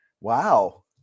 Wow